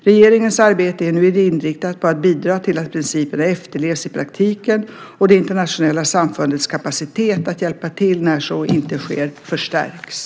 Regeringens arbete är nu inriktat på att bidra till att principerna efterlevs i praktiken, och det internationella samfundets kapacitet att hjälpa till när så inte sker förstärks.